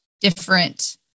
different